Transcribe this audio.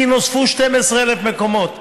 כי נוספו 12,000 מקומות.